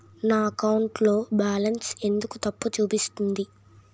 నా అకౌంట్ లో బాలన్స్ ఎందుకు తప్పు చూపిస్తుంది?